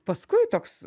paskui toks